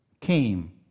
came